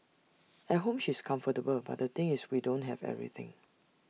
at home she's comfortable but the thing is we don't have everything